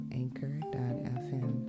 anchor.fm